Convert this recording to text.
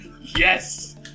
Yes